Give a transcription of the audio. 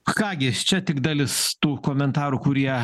ką gi čia tik dalis tų komentarų kurie